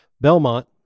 Belmont